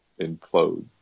implode